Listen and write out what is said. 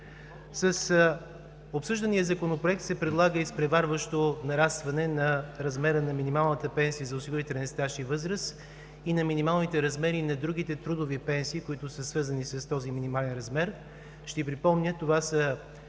С обсъждания Законопроект се предлага изпреварващо нарастване на размера на минималната пенсия за осигурителен стаж и възраст и на минималните размери на другите трудови пенсии, които са свързани с този минимален размер. Ще Ви припомня, че това са